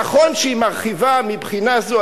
נכון שהיא מרחיבה מבחינה זו,